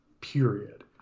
period